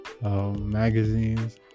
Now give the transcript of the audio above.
magazines